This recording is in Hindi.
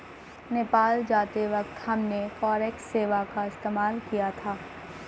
नेपाल जाते वक्त हमने फॉरेक्स सेवा का इस्तेमाल किया था